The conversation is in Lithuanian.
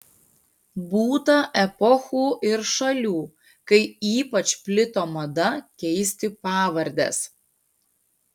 būta epochų ir šalių kai ypač plito mada keisti pavardes